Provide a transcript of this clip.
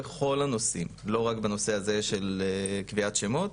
בכל הנושאים לא רק בנושא הזה של קביעת שמות,